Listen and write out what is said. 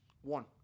One